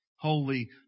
Holy